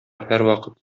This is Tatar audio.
һәрвакыт